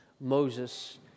Moses